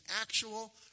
actual